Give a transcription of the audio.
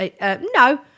No